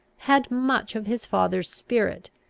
had much of his father's spirit,